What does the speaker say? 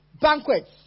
banquets